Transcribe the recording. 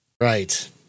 Right